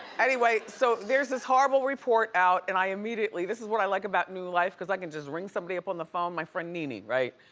anyway, so there's this horrible report out and i immediately, this is what i like about new life cause i can just ring somebody up on the phone, my friend, nene, right?